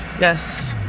Yes